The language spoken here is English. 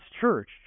church